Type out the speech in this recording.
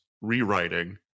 rewriting